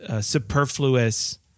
superfluous